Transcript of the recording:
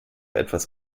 etwas